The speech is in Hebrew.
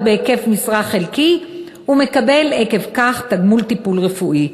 בהיקף משרה חלקי ומקבל עקב כך תגמול טיפול רפואי,